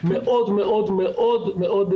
מאוד מאוד יעילה.